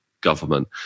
government